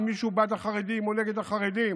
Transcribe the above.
אם מישהו בעד החרדים או נגד החרדים